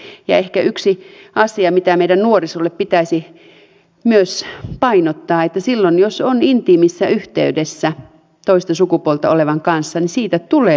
ehkä yksi asia mitä meidän nuorisolle pitäisi myös painottaa on että silloin jos on intiimissä yhteydessä toista sukupuolta olevan kanssa niin siitä tulee raskaaksi